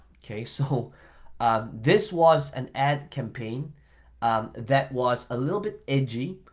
okay, so um this was an ad campaign that was a little bit edgy